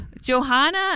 Johanna